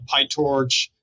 PyTorch